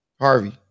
Harvey